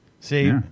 See